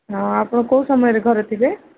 ହଁ ଆପଣ କେଉଁ ସମୟରେ ଘରେ ଥିବେ